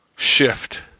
shift